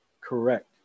Correct